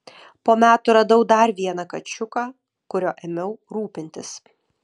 po metų radau dar vieną kačiuką kuriuo ėmiau rūpintis